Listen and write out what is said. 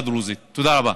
תודה רבה.